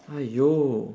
!aiyo!